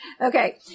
Okay